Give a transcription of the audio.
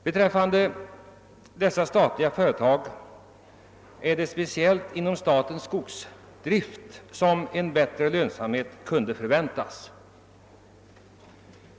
Bland de statliga företagen är det speciellt från dem som sysslar med statens skogsdrift, domänverket, som en bättre lönsamhet kunde förväntas.